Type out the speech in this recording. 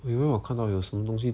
我以为我看到有什么东西